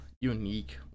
unique